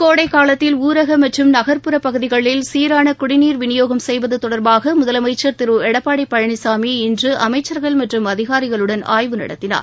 கோடைக்காலத்தில் ஊரக மற்றும் நகா்புறப் பகுதிகளில் சீரான குடிநீர் விநியோகம் செய்வது தொடா்பாக முதலமைச்சா் திரு எடப்பாடி பழனிசாமி இன்று அமைச்சா்கள் மற்றும் அதிகாரிகளுடன் ஆய்வு நடத்தினார்